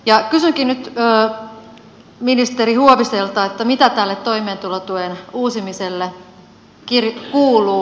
ja kysynkin nyt ministeri huoviselta mitä tälle toimeentulotuen uusimiselle kuuluu